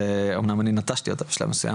אמנם אני נטשתי אותו בשלב מסויים,